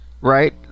right